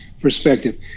perspective